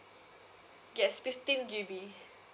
yes fifteen G_B